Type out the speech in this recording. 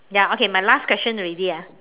ya okay my last question already ah